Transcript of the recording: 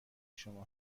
شما